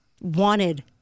wanted